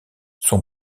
son